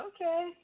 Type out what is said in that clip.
Okay